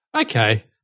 Okay